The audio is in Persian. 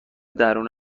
درون